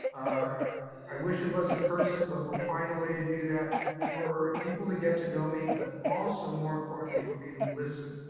i wish it was in person, but we'll find a way to do that for people to get to know me, but also more importantly for me to listen,